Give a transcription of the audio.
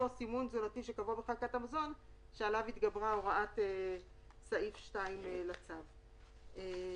הסימון התזונתי שקבוע שעליו התגברה הוראת סעיף 2 בצו שלפנינו.